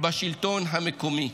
בשלטון המקומי.